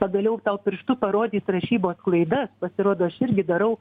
pagaliau tau pirštu parodys rašybos klaidas pasirodo aš irgi darau